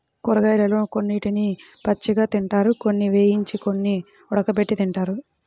కూరగాయలలో కొన్నిటిని పచ్చిగా తింటారు, కొన్ని వేయించి, కొన్ని ఉడకబెట్టి తింటారు